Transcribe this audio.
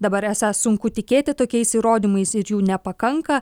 dabar esą sunku tikėti tokiais įrodymais ir jų nepakanka